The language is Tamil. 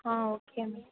ah okay ma'am